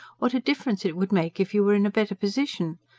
what a difference it would make if you were in a better position?